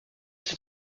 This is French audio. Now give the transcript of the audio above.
cet